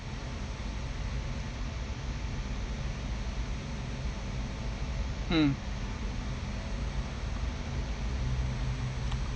mm